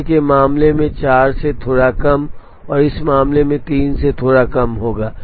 पहले के मामले में 4 से थोड़ा कम और इस मामले में 3 से थोड़ा कम होगा